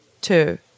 two